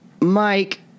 mike